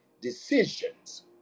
decisions